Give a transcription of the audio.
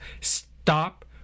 stop